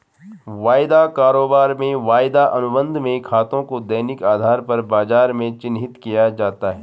वायदा कारोबार में वायदा अनुबंध में खातों को दैनिक आधार पर बाजार में चिन्हित किया जाता है